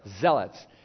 Zealots